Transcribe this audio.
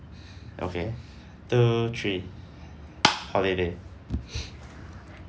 okay two three holiday